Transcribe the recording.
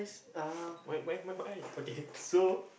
why why why why okay so